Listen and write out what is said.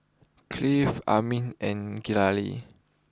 Cliff Aimee and Galilea